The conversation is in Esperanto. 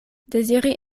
deziri